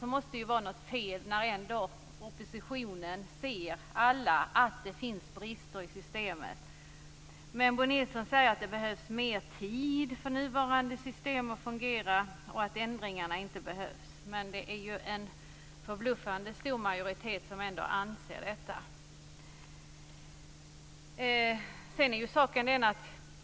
Det måste ju vara något fel, Bo Nilsson, när alla i oppositionen ser att det finns brister i systemet. Bo Nilsson säger att det behövs mer tid för nuvarande system och att ändringarna inte behövs. Men en förbluffande stor majoritet anser ändå att så är fallet.